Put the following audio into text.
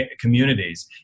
communities